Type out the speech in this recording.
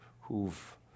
who've